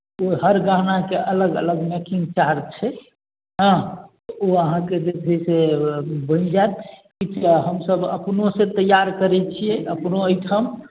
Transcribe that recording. ओ हर गहनाके अलग अलग मेकिंग चार्ज छै हँ ओ अहाँके जे छै से बनि जायत किछु तऽ हमसभ अपनोसँ तैयार करै छियै अपनो एहिठाम